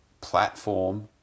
platform